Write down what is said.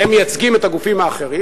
שהם מייצגים את הגופים האחרים,